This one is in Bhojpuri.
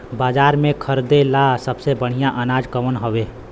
बाजार में खरदे ला सबसे बढ़ियां अनाज कवन हवे?